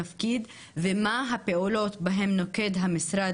תפקיד ומה הפעולות בהן נוקט המשרד